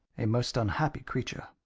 a most unhappy creature.